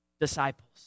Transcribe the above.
disciples